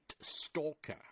Stalker